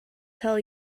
tell